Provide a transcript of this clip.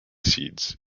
seeds